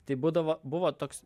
tai būdavo buvo toks